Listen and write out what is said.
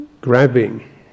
grabbing